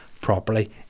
properly